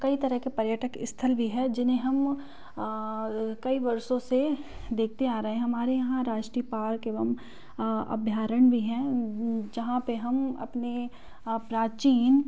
कई तरेह के पर्यटन स्थल भी है जिन्हें हम कई वर्षों से देखते आ रहें हमारे यहाँ राष्ट्रीय पार्क एवं अभ्यारण भी हैं जहाँ पर हम अपने प्राचीन